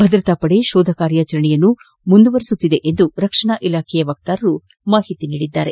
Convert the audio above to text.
ಭದ್ರತಾ ಪಡೆ ಶೋಧ ಕಾರ್ಯಾಚರಣೆಯನ್ನು ಮುಂದುವರೆಸಿದೆ ಎಂದು ರಕ್ಷಣಾ ಇಲಾಖೆ ವಕ್ತಾರರು ತಿಳಿಸಿದ್ದಾರೆ